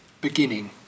beginning